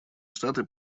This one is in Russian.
штаты